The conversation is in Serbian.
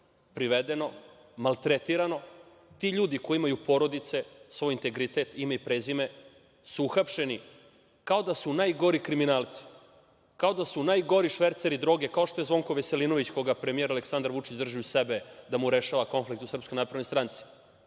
privedeno, maltretirano. Ti ljudi koji imaju porodice, svoj integritet, ime i prezime, su uhapšeni kao da su najgori kriminalci, kao da su najgori šverceri droge, kao što je Zvonko Veselinović koga premijer Aleksandar Vučić drži uz sebe da mu rešava konflikte u SNS.To su ozbiljni